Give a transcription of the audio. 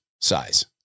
size